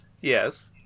Yes